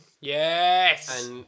Yes